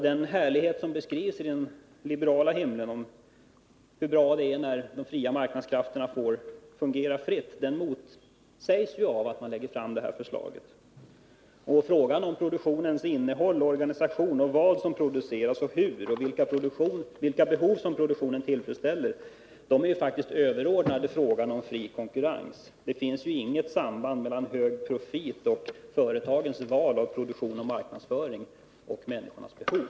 Den härlighet som beskrivs i den liberala himlen, om hur bra det är när de fria marknadskrafterna får fungera fritt, motsägs av att man lägger fram detta förslag. Faktorer som produktionens innehåll och organisation, vad som produceras och hur samt vilka behov produktionen tillfredsställer är faktiskt överordnade frågan om fri konkurrens. Det finns inget samband mellan å ena sidan hög profit, företagens val av produktion och marknadsföring och å andra sidan människornas behov.